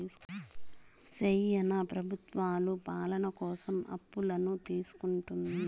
శ్యానా ప్రభుత్వాలు పాలన కోసం అప్పులను తీసుకుంటుంది